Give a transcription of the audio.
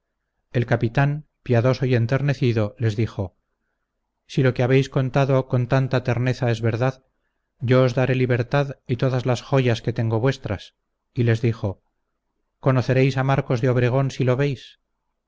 el capitán piadoso y enternecido les dijo si lo que habéis contado con tanta terneza es verdad yo os daré libertad y todas las joyas que tengo vuestras y les dijo conoceréis a marcos de obregón si lo veis